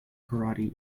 karate